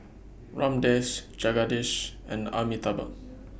Ramdev Jagadish and Amitabh